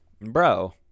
Bro